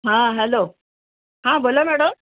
हां हॅलो हां बोला मॅडम